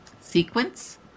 sequence